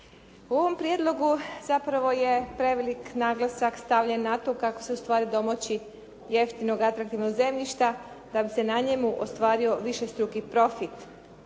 U ovom prijedlogu zapravo je prevelik naglasak stavljen na to kako se u stvari domoći jeftinog, atraktivnog zemljišta da bi se na njemu ostvario višestruki profit.